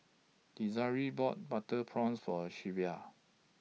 Desiree bought Butter Prawns For Shelvia